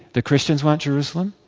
the christians want jerusalem,